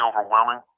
overwhelming